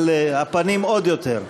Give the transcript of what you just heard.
אבל הפנים עוד יותר.